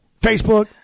Facebook